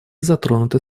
затронуты